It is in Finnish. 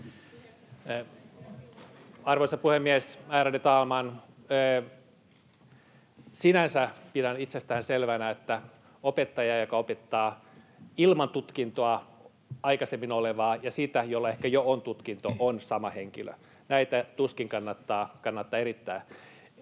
Arvoisa puhemies, ärade talman! Sinänsä pidän itsestäänselvänä, että opettaja, joka opettaa ilman aikaisempaa tutkintoa olevaa ja sitä, jolla jo ehkä on tutkinto, on sama henkilö. Näitä tuskin kannattaa eritellä.